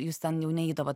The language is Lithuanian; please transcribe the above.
jūs ten jau neidavot